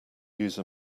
use